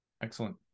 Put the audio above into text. Excellent